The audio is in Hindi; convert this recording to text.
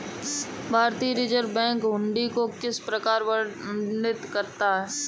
भारतीय रिजर्व बैंक हुंडी को किस प्रकार वर्णित करता है?